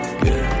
good